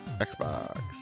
Xbox